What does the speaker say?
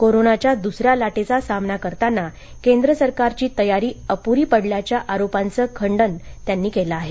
कोरोनाच्या दूसऱ्या लाटेचा सामना करताना केंद्र सरकारची तयारी अप्री पडल्याच्या आरोपांच त्यांनी खंडन केलं आहे